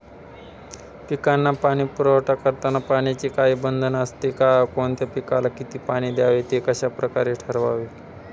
पिकांना पाणी पुरवठा करताना पाण्याचे काही बंधन असते का? कोणत्या पिकाला किती पाणी द्यावे ते कशाप्रकारे ठरवावे?